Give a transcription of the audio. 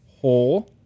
Hole